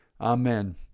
Amen